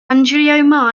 angelo